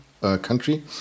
country